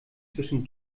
zwischen